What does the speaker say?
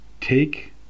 take